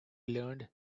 learned